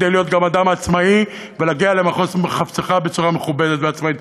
ולהיות גם אדם עצמאי ולהגיע למחוז חפצך בצורה מכובדת ועצמאית.